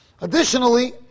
Additionally